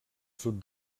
sud